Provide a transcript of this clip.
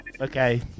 Okay